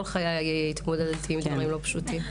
כל חיי התמודדתי עם דברים לא פשוטים.